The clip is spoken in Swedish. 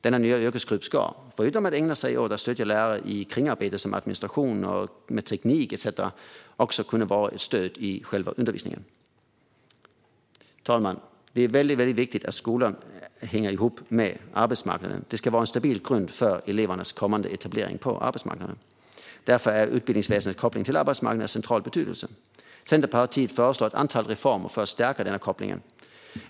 Denna nya yrkesgrupp ska, förutom att ägna sig åt att stödja lärare i kringarbete som rör administration, teknik, etcetera, också kunna vara ett stöd i själva undervisningen. Fru talman! Det är väldigt viktigt att skolan hänger ihop med arbetsmarknaden. Skolan ska ge en stabil grund för elevernas kommande etablering på arbetsmarknaden. Därför är utbildningsväsendets koppling till arbetsmarknaden av central betydelse. Centerpartiet föreslår ett antal reformer för att stärka denna koppling.